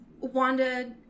Wanda